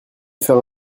faire